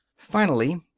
finally,